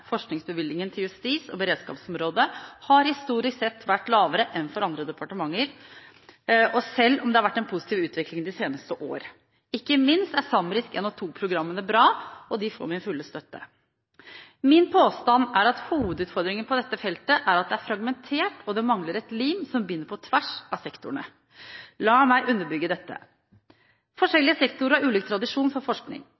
Forskningsbevilgningen til justis- og beredskapsområdet har historisk sett vært lavere enn for andre departementer, selv om det har vært en positiv utvikling de seneste år. Ikke minst er SAMRISK og SAMRISK II-programmene bra, og de får min fulle støtte. Min påstand er at hovedutfordringen på dette feltet er at det er fragmentert og mangler et lim som binder på tvers av sektorene. La meg underbygge dette: